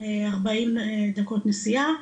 40 דקות נסיעה,